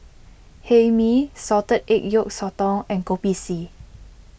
Hae Mee Salted Egg Yolk Sotong and Kopi C